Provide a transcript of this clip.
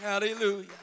Hallelujah